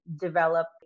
develop